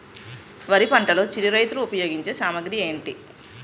వరి పంటలో చిరు రైతులు ఉపయోగించే సామాగ్రి ఏంటి?